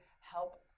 help